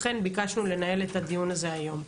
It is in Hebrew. לכן ביקשנו לנהל את הדיון הזה היום.